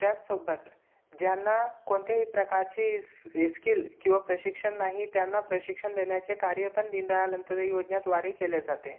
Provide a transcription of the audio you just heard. त्याचसोबत ज्यांना कोणत्याही प्रकारची स्किल किंवा प्रशिक्षण नाही त्यांना प्रशिक्षण देण्याचे कार्यपण दीनदयाल अंतदयी योजनेद्वारे केले जाते